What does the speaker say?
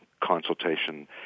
consultation